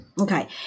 Okay